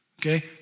Okay